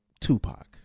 tupac